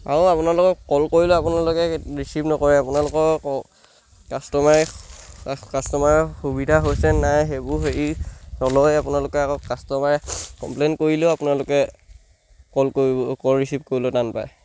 আৰু আপোনালোকে কল কৰিলেও আপোনালোকে ৰিচিভ নকৰে আপোনালোকৰ কাষ্টমাৰে কাষ্টমাৰৰ সুবিধা হৈছে নাই সেইবোৰ হেৰি নলয় আপোনালোকে আকৌ কাষ্টমাৰে কমপ্লেইন কৰিলেও আপোনালোকে কল কৰিব কল ৰিচিভ কৰিবলৈ টান পায়